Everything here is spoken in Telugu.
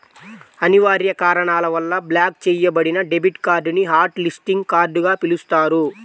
అనివార్య కారణాల వల్ల బ్లాక్ చెయ్యబడిన డెబిట్ కార్డ్ ని హాట్ లిస్టింగ్ కార్డ్ గా పిలుస్తారు